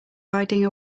riding